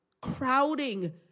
crowding